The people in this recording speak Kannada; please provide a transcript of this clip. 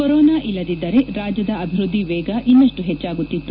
ಕೊರೊನಾ ಇಲ್ಲದಿದ್ದರೆ ರಾಜ್ಯದ ಅಭಿವೃದ್ದಿ ವೇಗ ಇನ್ನಪ್ಪು ಹೆಚ್ಚಾಗುತ್ತಿತ್ತು